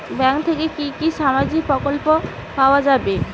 Bank থেকে কি কি সামাজিক প্রকল্প পাওয়া যাবে?